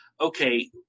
okay